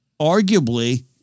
arguably